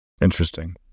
Interesting